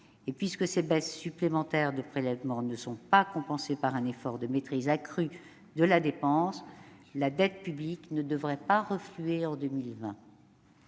Et, puisque ces baisses supplémentaires de prélèvements ne sont pas compensées par un effort de maîtrise accrue de la dépense, la dette publique ne devrait pas refluer en 2020.